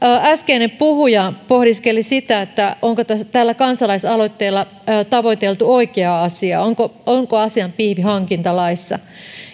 äskeinen puhuja pohdiskeli sitä onko tällä kansalaisaloitteella tavoiteltu oikeaa asiaa onko onko asian pihvi hankintalaissa